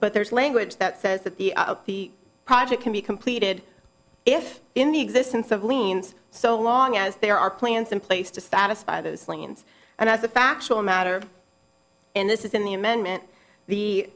but there's language that says that the up the project can be completed if in the existence of liens so long as there are plans in place to satisfy those planes and as a factual matter in this is in the amendment the